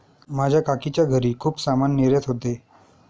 माझ्या काकीच्या घरी खूप सामान निर्यात होते